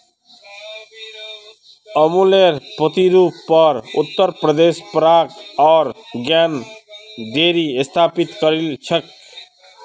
अमुलेर प्रतिरुपेर पर उत्तर प्रदेशत पराग आर ज्ञान डेरी स्थापित करील छेक